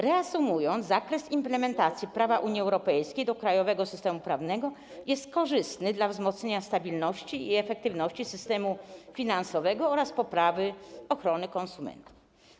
Reasumując, zakres implementacji prawa Unii Europejskiej do krajowego systemu prawnego jest korzystny dla wzmocnienia stabilności i efektywności systemu finansowego oraz poprawy ochrony konsumentów.